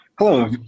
Hello